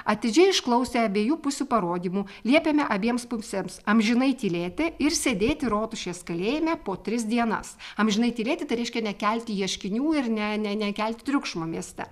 atidžiai išklausę abiejų pusių parodymų liepėme abiems pusėms amžinai tylėti ir sėdėti rotušės kalėjime po tris dienas amžinai tylėti tai reiškia nekelti ieškinių ir ne ne nekelti triukšmo mieste